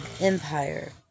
Empire